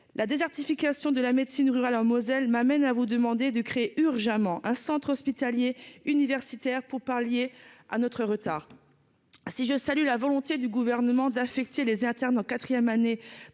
la désertification de la médecine rurale en Moselle, m'amène à vous demander de créer urgemment un centre hospitalier universitaire pour Parlier à notre retard si je salue la volonté du gouvernement d'affecter les internes en quatrième année dans